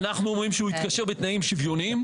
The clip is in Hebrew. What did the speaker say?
אנחנו רואים שהוא התקשר בתנאים שוויוניים,